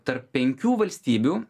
tarp penkių valstybių